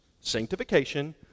sanctification